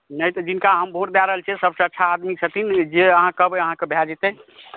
नहि तऽ जिनका हम वोट दए रहल छियनि सभसे अच्छा आदमी छथिन जे अहाँ कहबै अहाँके भै जेतय